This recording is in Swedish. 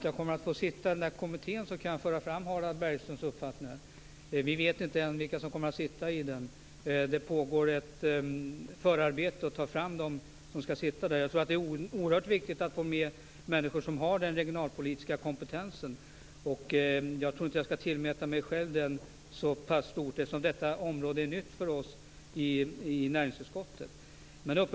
Fru talman! Om jag får sitta med i kommittén kan jag föra fram Harald Bergströms uppfattningar. Men vi vet inte vilka som kommer att ingå i den. Det pågår ett förarbete för att ta fram de olika ledamöterna. Det är oerhört viktigt att man väljer ut människor som har en regionalpolitisk kompetens. Jag tror inte att jag skall tillmäta mig själv en sådan kompetens, eftersom detta område är nytt för oss i näringsutskottet.